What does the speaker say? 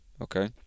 okay